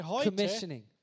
commissioning